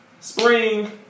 Spring